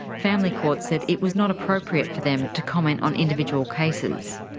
family court said it was not appropriate for them to comment on individual cases.